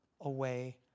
away